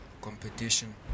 competition